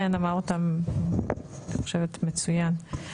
כן אמר אותם אני חושבת, מצוין.